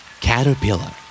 Caterpillar